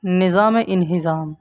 نظامِ انہضام